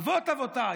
אבות אבותיי,